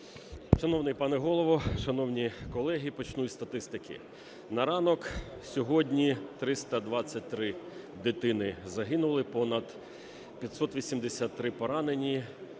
Шановний пане Голово, шановні колеги, почну із статистики. На ранок сьогодні 323 дитини загинули, понад 583 поранені.